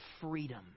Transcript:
freedom